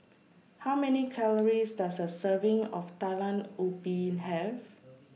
How Many Calories Does A Serving of Talam Ubi Have